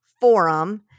forum